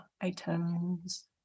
Items